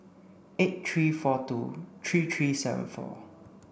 eight three four two three three seven four